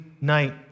night